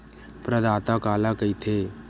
प्रदाता काला कइथे?